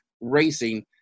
racing